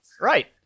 Right